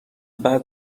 بعد